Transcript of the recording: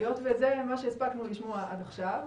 היות שזה מה שהספקנו לשמוע עד עכשיו,